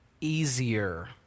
easier